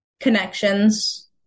Connections